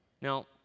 Now